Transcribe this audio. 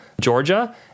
Georgia